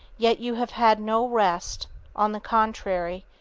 yet you have had no rest on the contrary,